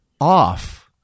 off